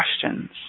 questions